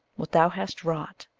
what thou hast wrought,